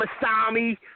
Masami